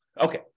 Okay